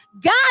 God